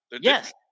Yes